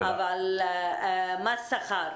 מס שכר.